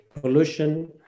pollution